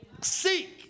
Seek